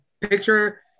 picture